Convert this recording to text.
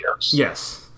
Yes